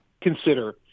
consider